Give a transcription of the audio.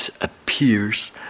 appears